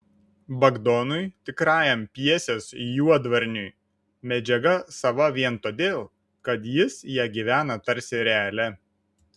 bagdonui tikrajam pjesės juodvarniui medžiaga sava vien todėl kad jis ja gyvena tarsi realia